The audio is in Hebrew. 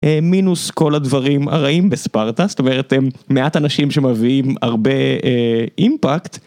מינוס כל הדברים הרעים בספרטה, זאת אומרת הם מעט אנשים שמביאים הרבה אימפקט.